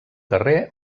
carrer